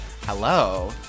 hello